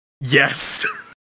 Yes